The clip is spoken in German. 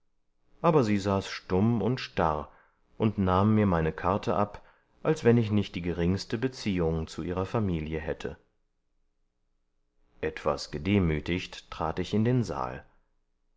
aber sie saß stumm und starr und nahm mir meine karte ab als wenn ich nicht die geringste beziehung zu ihrer familie hätte etwas gedemütigt trat ich in den saal